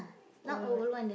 old one